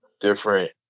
different